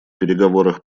переговорах